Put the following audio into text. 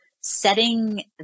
setting